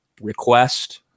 request